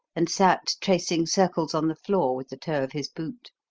and sat tracing circles on the floor with the toe of his boot.